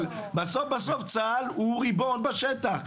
אבל בסוף בסוף, צה"ל הוא ריבון בשטח.